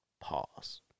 Pause